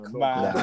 man